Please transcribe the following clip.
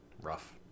Rough